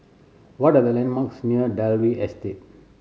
what are the landmarks near Dalvey Estate